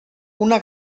una